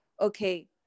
okay